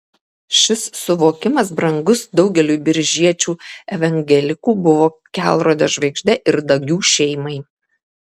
šis suvokimas brangus daugeliui biržiečių evangelikų buvo kelrode žvaigžde ir dagių šeimai